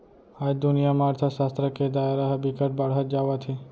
आज दुनिया म अर्थसास्त्र के दायरा ह बिकट बाड़हत जावत हे